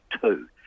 two